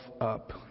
up